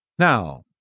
Now